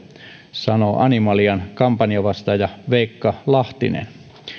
sanoo animalian kampanjavastaava veikka lahtinen